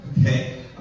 Okay